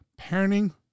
Parenting